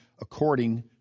according